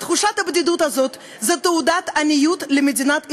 תחושת הבדידות הזאת היא תעודת עניות למדינת ישראל.